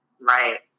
right